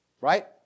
Right